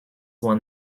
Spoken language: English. won